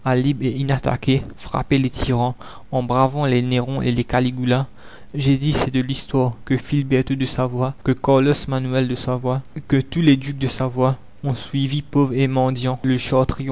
les tyrans en bravant les néron et les caligula j'ai dit c'est de l'histoire que filberto de savoie que carlos manuel de savoie que tous les ducs de savoie ont suivi pauvres et mendiants le